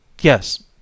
Yes